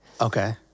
Okay